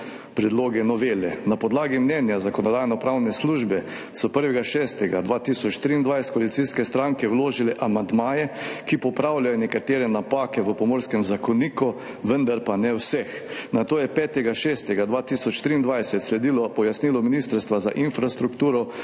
predloga novele. Na podlagi mnenja Zakonodajno-pravne službe so 1. 6. 2023 koalicijske stranke vložile amandmaje, ki popravljajo nekatere napake v Pomorskem zakoniku, vendar pa ne vseh. Nato je 5. 6. 2023 sledilo pojasnilo Ministrstva za infrastrukturo